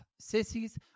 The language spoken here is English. sissies